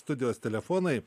studijos telefonai